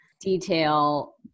detail